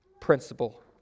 principle